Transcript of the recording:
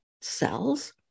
cells